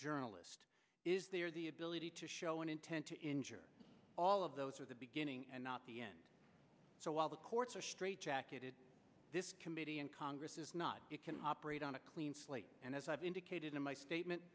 journalist is there the ability to show an intent to injure all of those are the beginning and not the end so while the courts are straitjacketed this committee and congress is not it can operate on a clean slate and as i've indicated in my statement